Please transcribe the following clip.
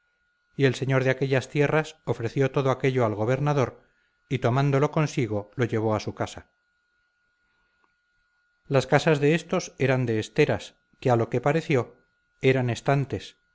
y el señor de aquellas tierras ofreció todo aquello al gobernador y tomándolo consigo lo llevó a su casa las casas de éstos eran de esteras que a lo que pareció eran estantes